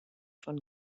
von